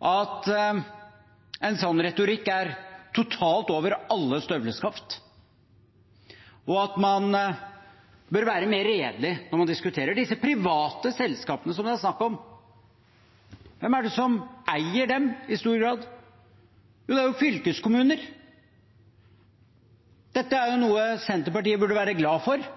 at en slik retorikk går totalt over alle støvleskaft, og at man bør være mer redelig når man diskuterer. Disse private selskapene som det er snakk om, hvem er det som eier dem, i stor grad? Jo, det er fylkeskommuner. Dette er noe Senterpartiet burde være glad for.